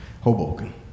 Hoboken